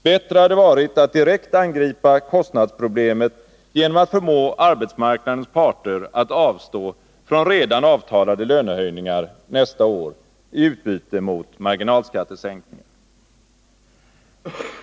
Bättre hade varit att direkt angripa kostnadsproblemet genom att förmå arbetsmarknadens parter att avstå från redan avtalade lönehöjningar nästa år i utbyte mot marginalskattesänkningar.